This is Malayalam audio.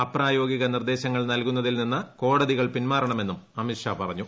അപ്രായോഗിക നിർദ്ദേശങ്ങൾ നൽകുന്നതിൽ നിന്ന് കോടതികൾ പിൻമാറണമെന്നും അമിത് ഷാ പറഞ്ഞു